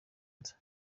nza